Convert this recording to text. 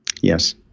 yes